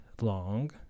long